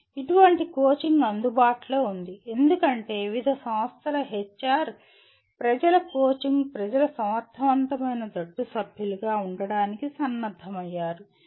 ఇటువంటి కోచింగ్ అందుబాటులో ఉంది ఎందుకంటే వివిధ సంస్థల హెచ్ ఆర్ ప్రజలు కోచింగ్ ప్రజలు సమర్థవంతమైన జట్టు సభ్యులుగా ఉండటానికి సన్నద్ధమయ్యారు